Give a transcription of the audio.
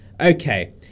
okay